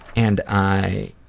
and i